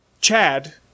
Chad